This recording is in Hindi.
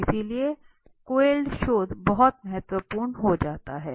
इसलिए क्वालिएड शोध बहुत महत्वपूर्ण हो जाता है